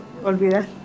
olvidar